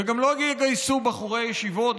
וגם לא יגייסו בחורי ישיבות,